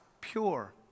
pure